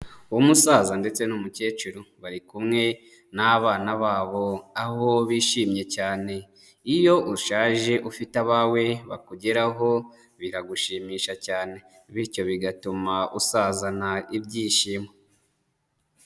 Umusaza ndetse n'umukecuru, bari kumwe n'abana babo, aho bishimye cyane, iyo ushaje ufite abawe bakugeraho biragushimisha cyane, bityo bigatuma usazana ibyishimo.